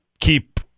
keep